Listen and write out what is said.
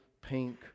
pink